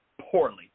poorly